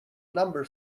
number